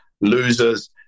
losers